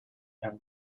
and